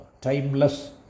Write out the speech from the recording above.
Timeless